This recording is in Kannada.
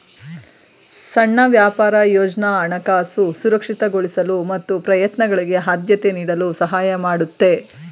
ಸಣ್ಣ ವ್ಯಾಪಾರ ಯೋಜ್ನ ಹಣಕಾಸು ಸುರಕ್ಷಿತಗೊಳಿಸಲು ಮತ್ತು ಪ್ರಯತ್ನಗಳಿಗೆ ಆದ್ಯತೆ ನೀಡಲು ಸಹಾಯ ಮಾಡುತ್ತೆ